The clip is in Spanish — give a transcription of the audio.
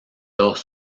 dos